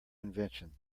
invention